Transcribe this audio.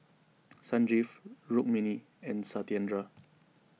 Sanjeev Rukmini and Satyendra